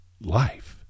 life